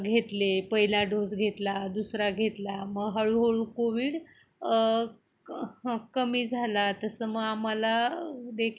घेतले पहिला डोस घेतला दुसरा घेतला मग हळूहळू कोविड क ह कमी झाला तसं म आम्हाला देखील